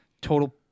total